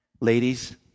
Ladies